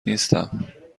نیستم